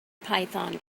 python